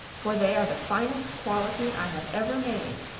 for they are the finest quality i have ever made.